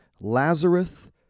Lazarus